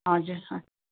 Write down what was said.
हजुर